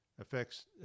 affects